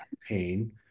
pain